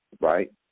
right